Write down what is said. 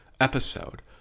episode